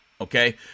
okay